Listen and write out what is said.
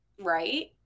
right